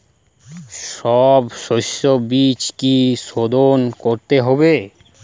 সব শষ্যবীজ কি সোধন করতে হবে?